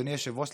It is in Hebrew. אדוני היושב-ראש,